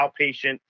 outpatient